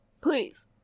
Please